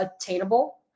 attainable